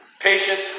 patience